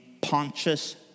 Pontius